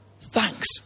thanks